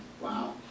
wow